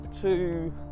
two